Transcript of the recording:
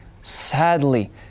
Sadly